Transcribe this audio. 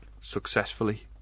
successfully